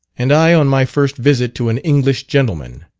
and i on my first visit to an english gentleman.